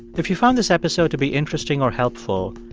if you found this episode to be interesting or helpful,